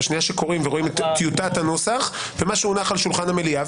בשנייה שקוראים ורואים את טיוטת הנוסח ומה שהונח על שולחן המליאה.